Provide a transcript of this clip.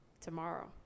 tomorrow